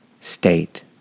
state